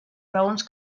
raons